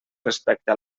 respecte